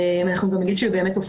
באמת ההצעות חשובות מאוד.